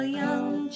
young